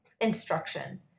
instruction